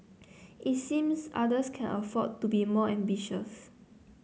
it seems others can afford to be more ambitious